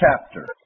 chapter